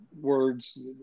words